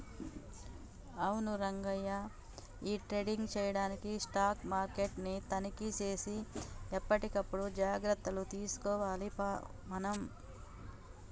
అవును రంగయ్య ఈ ట్రేడింగ్ చేయడానికి స్టాక్ మార్కెట్ ని తనిఖీ సేసి ఎప్పటికప్పుడు జాగ్రత్తలు తీసుకోవాలి మనం